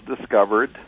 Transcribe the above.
discovered